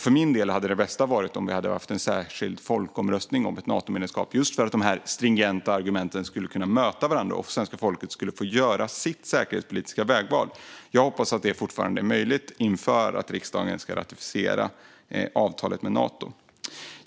För min del hade det bästa varit om vi hade haft en särskild folkomröstning om ett Natomedlemskap, just för att de stringenta argumenten skulle kunna möta varandra och svenska folket skulle få göra sitt säkerhetspolitiska vägval. Jag hoppas att det fortfarande är möjligt inför att riksdagen ska ratificera avtalet med Nato.